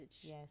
yes